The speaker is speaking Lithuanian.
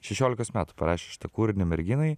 šešiolikos metų parašė šitą kūrinį merginai